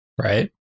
right